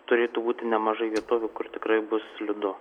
turėtų būti nemažai vietovių kur tikrai bus slidu